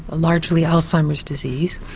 ah largely alzheimer's disease.